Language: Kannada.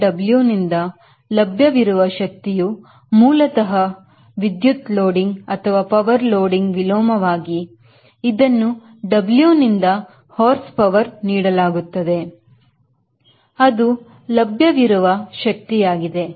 Power availableW ನಿಂದ ಲಭ್ಯವಿರುವ ಶಕ್ತಿಯು ಮೂಲತ ವಿದ್ಯುತ್ ಲೋಡಿಂಗ್ ವಿಲೋಮವಾಗಿ ಇದನ್ನು W ನಿಂದ Horsepower ನೀಡಲಾಗುತ್ತದೆ ಅದು ಲಭ್ಯವಿರುವ ಶಕ್ತಿಯಾಗಿದೆ